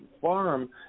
farm